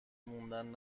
موندن